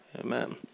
amen